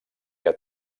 que